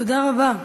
תודה רבה.